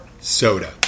Soda